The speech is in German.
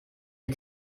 ihr